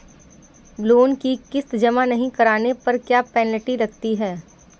Loan की किश्त जमा नहीं कराने पर क्या पेनल्टी लगती है?